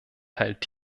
teilt